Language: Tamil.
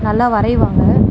நல்லா வரைவாங்க